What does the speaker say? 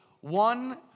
one